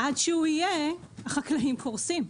עד שהוא יהיה החקלאים קורסים.